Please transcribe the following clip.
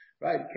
right